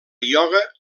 ioga